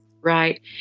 Right